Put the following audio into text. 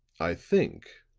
i think,